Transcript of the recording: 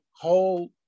whole